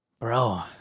bro